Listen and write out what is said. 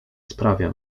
sprawia